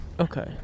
Okay